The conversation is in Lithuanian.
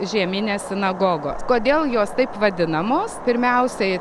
žieminės sinagogos kodėl jos taip vadinamos pirmiausiai